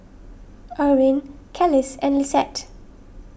Erwin Kelis and Lissette